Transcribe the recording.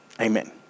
amen